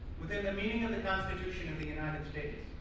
within the meaning of the constitution of the united states.